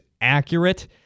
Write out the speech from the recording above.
accurate